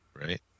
right